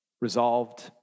resolved